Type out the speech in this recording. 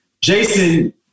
Jason